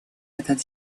этот